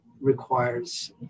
requires